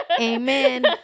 Amen